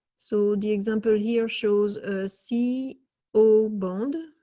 so the example here shows see oh bond,